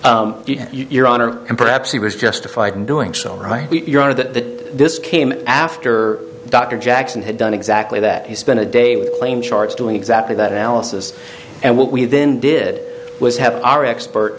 your honor and perhaps he was justified in doing so right your honor that this came after dr jackson had done exactly that he spent a day with lame charts doing exactly that analysis and what we then did was have our expert